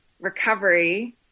recovery